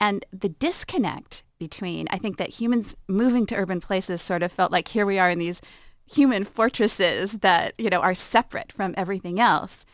and the disconnect between i think that humans moving to urban places sort of felt like here we are in these human fortresses that you know are separate from everything else